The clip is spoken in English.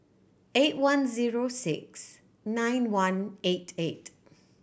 eight one zero six nine one eight eight